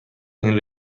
این